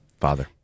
Father